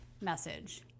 message